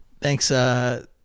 thanks